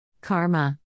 Karma